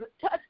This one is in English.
Touch